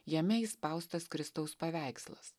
jame įspaustas kristaus paveikslas